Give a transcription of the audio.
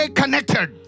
connected